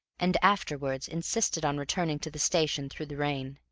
and afterwards insisted on returning to the station through the rain.